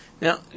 Now